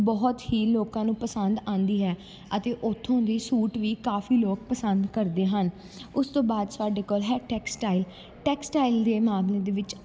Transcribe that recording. ਬਹੁਤ ਹੀ ਲੋਕਾਂ ਨੂੰ ਪਸੰਦ ਆਉਂਦੀ ਹੈ ਅਤੇ ਉੱਥੋਂ ਦੇ ਸੂਟ ਵੀ ਕਾਫੀ ਲੋਕ ਪਸੰਦ ਕਰਦੇ ਹਨ ਉਸ ਤੋਂ ਬਾਅਦ ਸਾਡੇ ਕੋਲ ਹੈ ਟੈਕਸਟਾਈਲ ਟੈਕਸਟਾਈਲ ਦੇ ਮਾਮਲੇ ਦੇ ਵਿੱਚ